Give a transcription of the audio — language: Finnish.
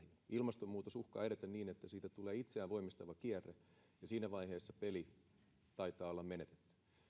ilmastonmuutos uhkaa edetä niin että siitä tulee itseään voimistava kierre ja siinä vaiheessa peli taitaa olla menetetty